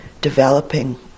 developing